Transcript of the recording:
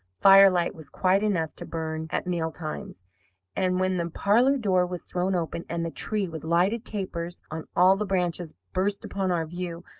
firelight was quite enough to burn at meal-times and when the parlour door was thrown open, and the tree, with lighted tapers on all the branches, burst upon our view,